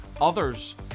others